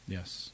Yes